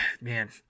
man